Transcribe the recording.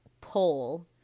poll